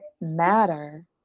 matter